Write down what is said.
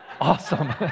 Awesome